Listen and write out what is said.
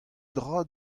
dra